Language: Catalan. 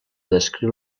descriu